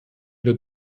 der